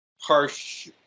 harsh